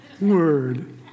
Word